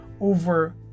over